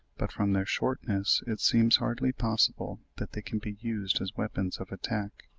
but from their shortness it seems hardly possible that they can be used as weapons of attack.